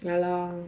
ya lah